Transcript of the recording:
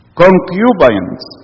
concubines